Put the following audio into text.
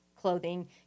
clothing